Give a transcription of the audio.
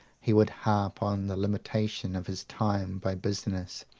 he would harp on the limitation of his time by business,